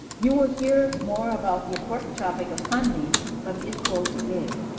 you will hear more about the important topic of funding from idcol today.